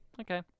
Okay